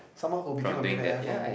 someone who became a millionaire from where